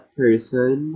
person